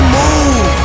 move